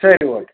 சரி ஓகே